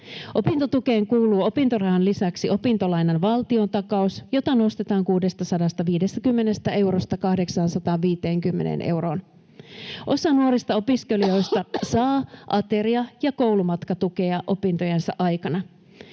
Opintotukeen kuuluu opintorahan lisäksi opintolainan valtiontakaus, jota nostetaan 650 eurosta 850 euroon. Osa nuorista opiskelijoista saa ateria- ja koulumatkatukea opintojensa aikana.